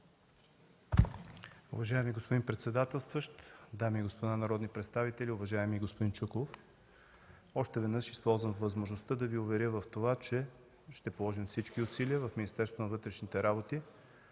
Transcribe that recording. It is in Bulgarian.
Уважаеми господин председателстващ, дами и господа народни представители, уважаеми господин Чуколов! Още веднъж използвам възможността да Ви уверя в това, че ще положим всички усилия в Министерството на вътрешните работи